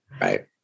right